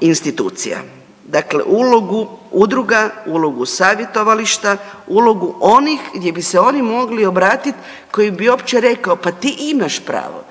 institucija, dakle ulogu udruga, ulogu savjetovališta, ulogu onih gdje bi se oni mogli obrati koji bi uopće rekao pa ti imaš pravo,